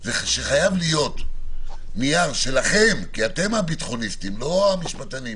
זה שחייב להיות נייר שלכם כי אתם הביטחוניסטים ולא המשפטנים,